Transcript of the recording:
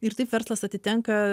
ir taip verslas atitenka